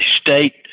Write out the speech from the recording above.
state